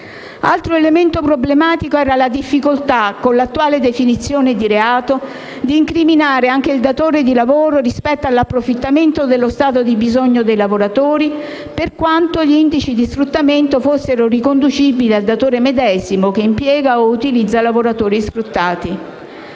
Altro elemento problematico era la difficoltà, con l'attuale definizione di reato, di incriminare anche il datore di lavoro rispetto all'approfittamento dello stato di bisogno dei lavoratori, per quanto gli indici di sfruttamento fossero riconducibili al datore medesimo, che impiega o utilizza i lavoratori sfruttati.